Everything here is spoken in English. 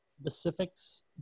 specifics